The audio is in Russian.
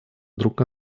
друг